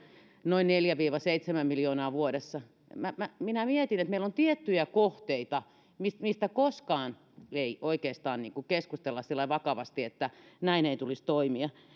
noin neljä viiva seitsemän miljoonaa vuodessa minä minä mietin että meillä on tiettyjä kohteita mistä koskaan ei oikeastaan keskustella sillä lailla vakavasti että näin ei tulisi toimia